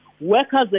workers